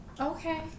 Okay